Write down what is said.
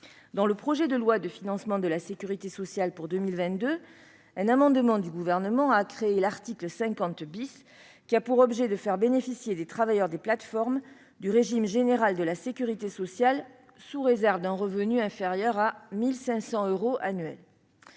Dans le projet de loi de financement de la sécurité sociale pour 2022, un amendement du Gouvernement a créé l'article 50 , qui a pour objet de faire bénéficier les travailleurs des plateformes du régime général de la sécurité sociale sous réserve d'un revenu annuel inférieur à 1 500 euros.